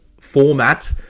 format